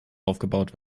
aufgebaut